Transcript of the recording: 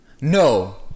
No